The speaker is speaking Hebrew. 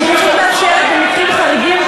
אני פשוט מאשרת במקרים חריגים,